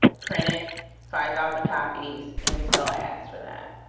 printed five thousand copies, and we sell ads for that.